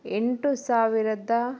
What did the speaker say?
ಎಂಟು ಸಾವಿರದ